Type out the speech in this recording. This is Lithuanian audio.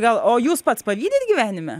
gal o jūs pats pavydite gyvenime